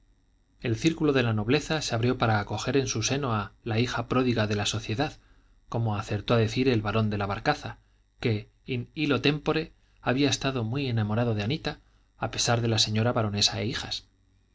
el círculo de la nobleza se abrió para acoger en su seno a la hija pródiga de la sociedad como acertó a decir el barón de la barcaza que in illo tempore había estado muy enamorado de anita a pesar de la señora baronesa e hijas